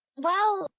wow.